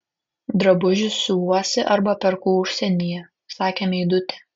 drabužius siuvuosi arba perku užsienyje sakė meidutė